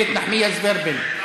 איילת נחמיאס ורבין,